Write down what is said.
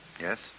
Yes